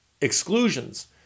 exclusions